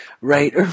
right